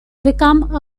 become